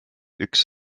üks